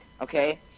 okay